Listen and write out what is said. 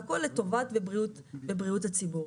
והכול לטובת בריאות הציבור.